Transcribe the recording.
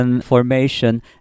formation